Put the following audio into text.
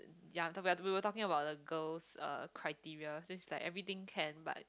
ya talking about we were talking the girls uh criteria then he's like everything can but